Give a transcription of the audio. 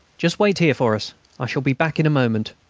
just wait here for us i shall be back in a moment.